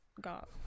got